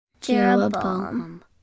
Jeroboam